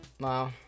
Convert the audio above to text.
Wow